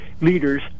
leaders